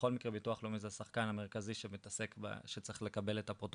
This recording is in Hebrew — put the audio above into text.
בכל מקרה ביטוח לאומי זה השחקן המרכזי שצריך לקבל את הפרוטוקול,